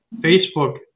Facebook